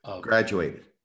Graduated